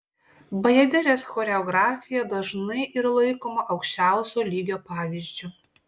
bajaderės choreografija dažnai yra laikoma aukščiausio lygio pavyzdžiu